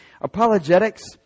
Apologetics